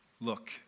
look